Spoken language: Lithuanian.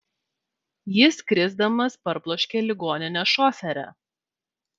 jis krisdamas parbloškė ligoninės šoferę